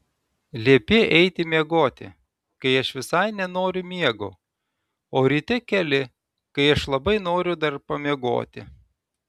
liepi eiti miegoti kai aš visai nenoriu miego o ryte keli kai aš labai noriu dar pamiegoti